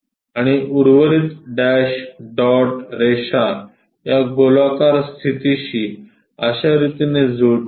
आणि उर्वरित dash dot रेषा या गोलाकार स्थितीशी अश्या रितीने जुळतात